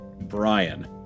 Brian